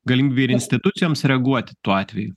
galimybė ir institucijoms reaguoti tuo atveju